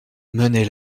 menée